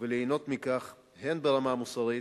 וליהנות מכך, הן ברמה המוסרית,